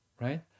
right